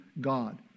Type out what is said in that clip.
God